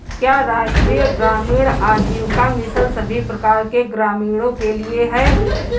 क्या राष्ट्रीय ग्रामीण आजीविका मिशन सभी प्रकार के ग्रामीणों के लिए है?